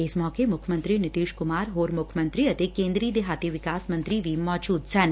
ਇਸ ਮੌਕੇ ਮੁੱਖ ਮੰਤਰੀ ਨਿੰਤਿਸ਼ ਕੁਮਾਰ ਹੋਰ ਮੁੱਖ ਮੰਤਰੀ ਅਤੇ ਕੇਦਰੀ ਦੇਹਾਤੀ ਵਿਕਾਸ ਮੰਤਰੀ ਵੀ ਮੌਜੁਦ ਸਨ